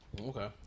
Okay